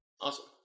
Awesome